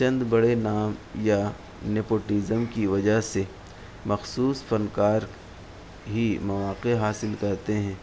چند بڑے نام یا نپوٹیزم کی وجہ سے مخصوص فنکار ہی مواقع حاصل کرتے ہیں